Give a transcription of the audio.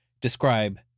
describe